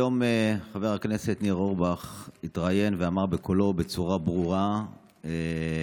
היום חבר הכנסת ניר אורבך התראיין ואמר בקולו בצורה ברורה באתר